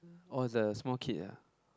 orh that's the small kid ah